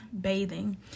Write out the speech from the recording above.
bathing